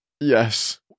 Yes